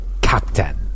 Captain